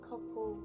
couple